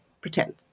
pretend